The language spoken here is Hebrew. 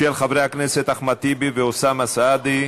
של חברי הכנסת אחמד טיבי ואוסאמה סעדי.